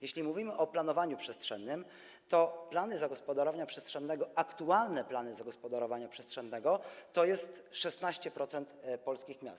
Jeśli mówimy o planowaniu przestrzennym, to plany zagospodarowania przestrzennego, aktualne plany zagospodarowania przestrzennego to jest 16% polskich miast.